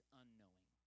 unknowing